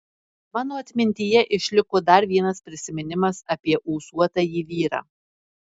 mano atmintyje išliko dar vienas prisiminimas apie ūsuotąjį vyrą